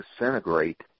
disintegrate